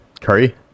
Curry